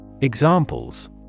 Examples